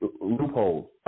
loopholes